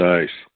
Nice